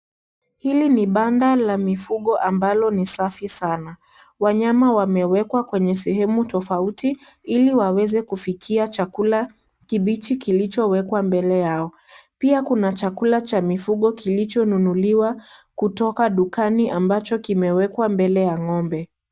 Hili ni banda la mifugo ambalo ni safi sana, wanyama wamewekwa kwenye sehemu tofauti hili waweze kufikia chakula kibichi kilichowekwa mbele yao, pia kuna chakula cha mifugo kilichonunuliwa kutoka dukani ambacho kimewekwa mbele ya ng'ombe.